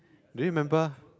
do you remember